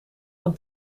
van